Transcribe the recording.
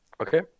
Okay